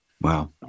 Wow